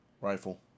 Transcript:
rifle